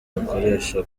mukoresha